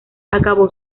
acabó